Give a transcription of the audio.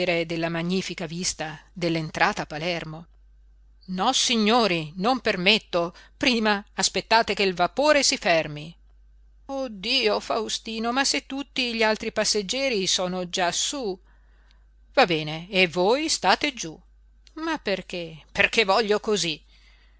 della magnifica vista dell'entrata a palermo nossignori non permetto prima aspettate che il vapore si fermi oh dio faustino ma se tutti gli altri passeggeri sono già su va bene e voi state giú ma perché perché voglio cosí